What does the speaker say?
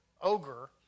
ogre